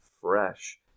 fresh